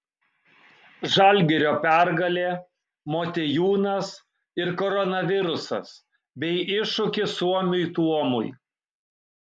žalgirio pergalė motiejūnas ir koronavirusas bei iššūkis suomiui tuomui